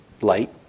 light